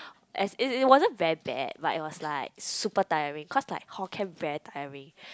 as it it wasn't very bad but it was like super tiring cause like hall camp very tiring